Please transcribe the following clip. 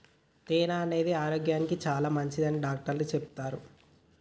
తేనె అనేది ఆరోగ్యానికి చాలా మంచిదని డాక్టర్లు చెపుతాన్రు